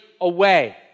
away